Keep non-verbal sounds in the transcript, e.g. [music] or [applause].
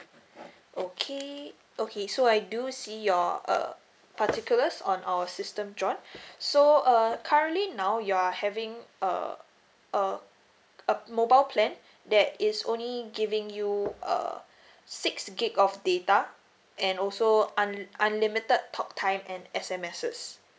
okay okay so I do see your uh particulars on our system john [breath] so uh currently now you're having uh uh a mobile plan that is only giving you a six G_B of data and also un~ unlimited talk time and S_M_Ses